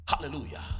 hallelujah